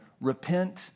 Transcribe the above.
Repent